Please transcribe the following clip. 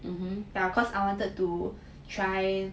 yeah cause I wanted to try